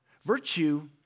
Virtue